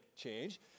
change